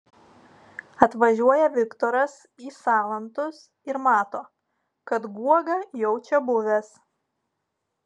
atvažiuoja viktoras į salantus ir mato kad guoga jau čia buvęs